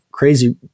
Crazy